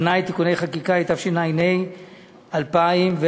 על-תנאי (תיקוני חקיקה), התשע"ה 2014,